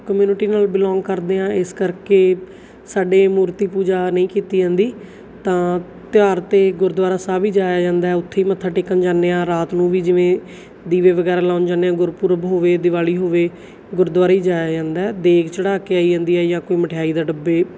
community ਨਾਲ belong ਕਰਦੇ ਹਾਂ ਇਸ ਕਰਕੇ ਸਾਡੇ ਮੂਰਤੀ ਪੂਜਾ ਨਹੀਂ ਕੀਤੀ ਜਾਂਦੀ ਤਾਂ ਤਿਉਹਾਰ 'ਤੇ ਗੁਰਦੁਆਰਾ ਸਾਹਿਬ ਹੀ ਜਾਇਆ ਜਾਂਦਾ ਉੱਥੇ ਹੀ ਮੱਥਾ ਟੇਕਣ ਜਾਂਦੇ ਹਾਂ ਰਾਤ ਨੂੰ ਵੀ ਜਿਵੇਂ ਦੀਵੇ ਵਗੈਰਾ ਲਗਾਉਣ ਜਾਂਦੇ ਹਾਂ ਗੁਰਪੁਰਬ ਹੋਵੇ ਦਿਵਾਲੀ ਹੋਵੇ ਗੁਰਦੁਆਰੇ ਹੀ ਜਾਇਆ ਜਾਂਦਾ ਦੇਗ ਚੜ੍ਹਾ ਕੇ ਆਈ ਜਾਂਦੀ ਹੈ ਜਾਂ ਕੋਈ ਮਿਠਿਆਈ ਦਾ ਡੱਬੇ